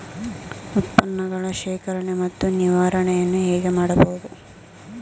ಉತ್ಪನ್ನಗಳ ಶೇಖರಣೆ ಮತ್ತು ನಿವಾರಣೆಯನ್ನು ಹೇಗೆ ಮಾಡಬಹುದು?